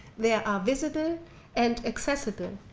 they are visible and accessible.